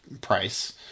price